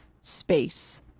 space